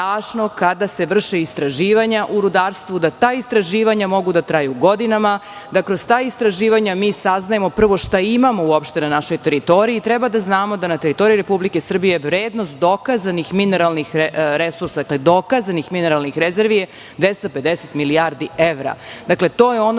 kada se vrše istraživanja u rudarstvu, da ta istraživanja mogu da traju godinama, da kroz ta istraživanja mi saznajemo prvo šta imamo uopšte na našoj teritoriji. Treba da znamo da na teritoriji Republike Srbije vrednost dokazanih mineralnih resursa, dakle dokazanih mineralnih rezervi je 250 milijardi evra. Dakle, to je ono